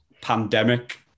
pandemic